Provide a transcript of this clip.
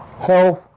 health